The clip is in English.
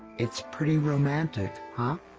it's pretty romantic, huh.